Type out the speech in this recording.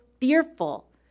fearful